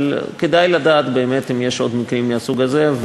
אבל כדאי לדעת באמת אם יש עוד מקרים מהסוג הזה,